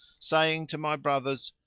saying to my brothers,